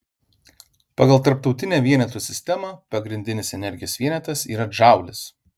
pagal tarptautinę vienetų sistemą pagrindinis energijos vienetas yra džaulis